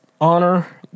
honor